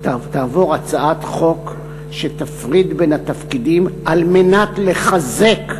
תעבור הצעת חוק שתפריד בין התפקידים כדי לחזק,